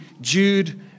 Jude